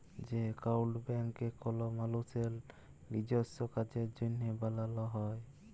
যে একাউল্ট ব্যাংকে কল মালুসের লিজস্য কাজের জ্যনহে বালাল হ্যয়